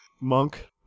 Monk